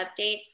updates